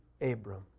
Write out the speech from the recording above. Abram